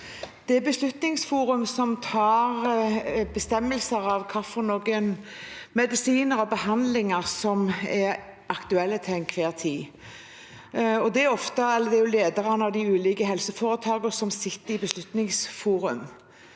Det er Be- slutningsforum som bestemmer hvilke medisiner og behandlinger som er aktuelle til enhver tid, og det er lederne av de ulike helseforetakene som sitter i Beslutningsforum.